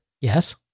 Yes